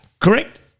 correct